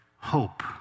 hope